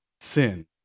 sin